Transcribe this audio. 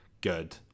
good